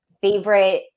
favorite